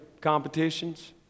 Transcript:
competitions